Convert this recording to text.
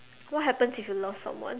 what happens if you lost someone